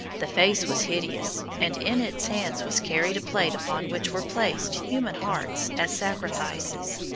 the face was hideous, and in its hand was carried a plate upon which were placed human hearts as sacrifices.